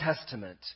Testament